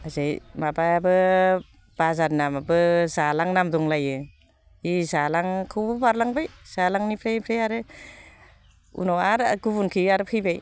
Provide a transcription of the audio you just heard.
ओजा माबानाबो बाजारनि नामाबो जालां नाम दंलायो बे जालांखौबो बारलांबाय जालांनिफ्राय ओमफ्राय आरो उनाव आरो गुबुनखै आरो फैबाय